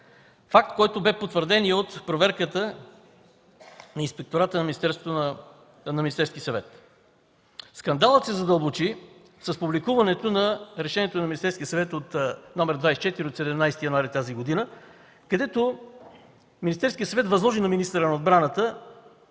факт, който беше потвърден и от проверката на Инспектората на Министерския съвет. Скандалът се задълбочи с публикуването на Решение на Министерския съвет № 24 от 17 януари тази година, където Министерският съвет възложи на министъра на отбраната